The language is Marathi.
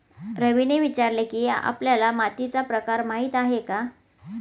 रवीने विचारले की, आपल्याला मातीचा प्रकार माहीत आहे का?